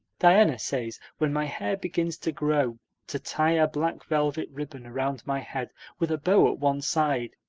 diana says when my hair begins to grow to tie a black velvet ribbon around my head with a bow at one side.